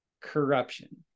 corruption